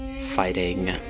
fighting